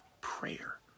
prayer